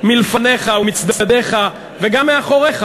מלפניך ומצדדיך וגם מאחוריך.